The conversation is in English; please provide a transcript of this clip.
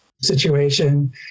situation